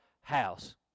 house